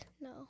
No